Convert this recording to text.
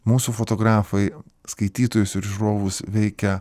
mūsų fotografai skaitytojus ir žiūrovus veikia